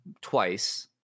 twice